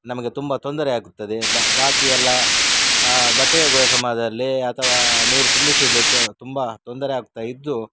ನಮಗೆ ತುಂಬ ತೊಂದರೆ ಆಗುತ್ತದೆ ಬ ಬಾಕಿಯೆಲ್ಲ ಬಟ್ಟೆ ಒಗೆಯುವ ಸಮಯದಲ್ಲಿ ಅಥವಾ ನೀರು ತುಂಬಿಸಿಡಲಿಕ್ಕೆ ತುಂಬ ತೊಂದರೆ ಆಗ್ತಾ ಇದ್ದು